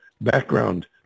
background